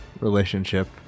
relationship